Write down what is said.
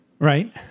Right